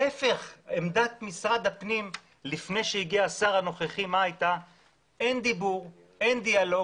עמדת שר הפנים הקודם הייתה שאין דיבור ואין דיאלוג,